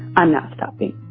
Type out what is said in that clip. i'm not stopping